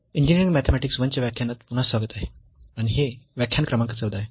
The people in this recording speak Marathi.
इंजिनिअरिंग मॅथेमॅटिक्स I च्या व्याख्यानात पुन्हा स्वागत आहे आणि हे व्याख्यान क्रमांक 14 आहे